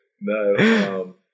No